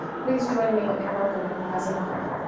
please join me in welcoming professor muhammad.